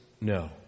no